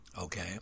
Okay